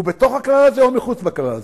הוא בתוך הכלל הזה או מחוץ לכלל הזה?